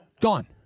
gone